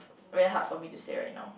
very hard for me to say right now